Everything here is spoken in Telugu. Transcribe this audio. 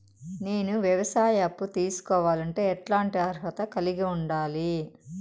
నేను వ్యవసాయ అప్పు తీసుకోవాలంటే ఎట్లాంటి అర్హత కలిగి ఉండాలి?